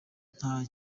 nta